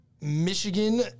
Michigan